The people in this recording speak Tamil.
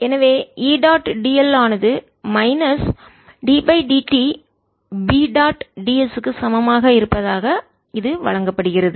எனவே E டாட் dl ஆனது minus d dt B dot d s க்கு சமமாக இருப்பதாக இது வழங்கப்படுகிறது